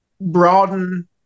broaden